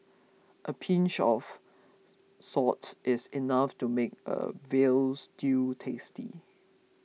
a pinch of salt is enough to make a Veal Stew tasty